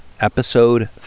episode